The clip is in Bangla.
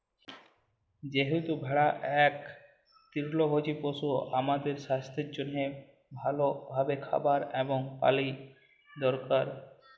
যেহেতু ভেড়া ইক তৃলভজী পশু, তাদের সাস্থের জনহে ভাল ভাবে খাবার এবং পালি দরকার